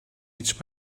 each